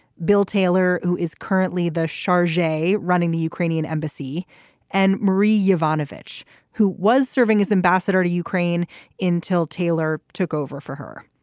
bill taylor who is currently the charge running the ukrainian embassy and marie ivanovich who was serving as ambassador to ukraine until taylor took over for her.